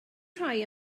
rhai